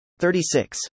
36